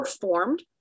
formed